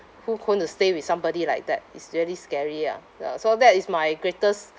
who who want to stay with somebody like that it's really scary ah ya so that is my greatest